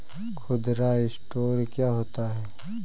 खुदरा स्टोर क्या होता है?